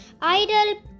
idle